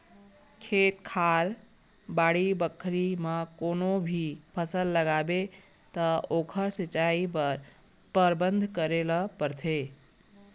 खेत खार, बाड़ी बखरी म कोनो भी फसल लगाबे त ओखर सिंचई बर परबंध करे ल परथे